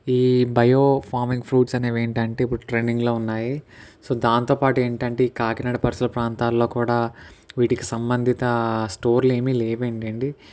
ఈ bio farming fruits అనేవి ఏంటి అంటే ఇప్పుడు ట్రెండింగ్లో ఉన్నాయి సో దాంతోపాటు ఏంటి అంటే ఈ కాకినాడ పరిసర ప్రాంతాల్లో కూడా వీటికి సంబంధిత స్టోర్లు ఏమి లేవేంటి అండి